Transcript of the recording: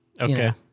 Okay